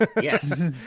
yes